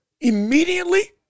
immediately